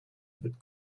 but